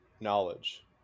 knowledge